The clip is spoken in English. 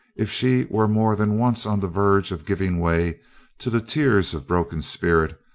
if she were more than once on the verge of giving way to the tears of broken spirit,